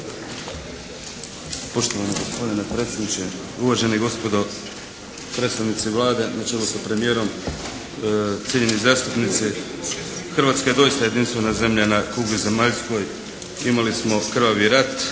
Hrvatska je doista jedinstvena zemlja na kugli zemaljskoj. Imali smo krvavi rat,